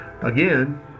again